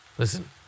Listen